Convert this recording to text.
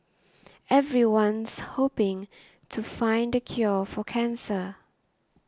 everyone's hoping to find the cure for cancer